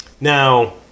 now